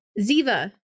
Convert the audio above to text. Ziva